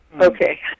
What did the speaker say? Okay